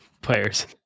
players